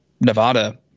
Nevada